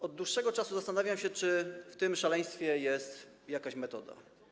Od dłuższego czasu zastanawiam się nad tym, czy w tym szaleństwie jest jakaś metoda.